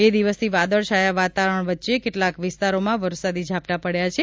બે દિવસથી વાદળછાયા વાતાવરણ વચ્ચે કેટલાક વિસ્તારોમાં વરસાદી ઝાપટાં પડચાં છે